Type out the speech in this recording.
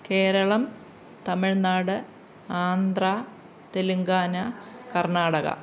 Keralam Tamil Nadu Andhra Telangana Karnataka